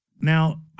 Now